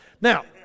Now